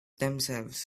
themselves